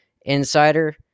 insider